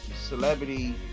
celebrity